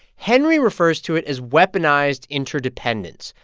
henry refers to it as weaponized interdependence.